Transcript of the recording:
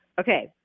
Okay